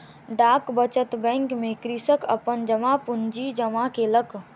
डाक बचत बैंक में कृषक अपन जमा पूंजी जमा केलक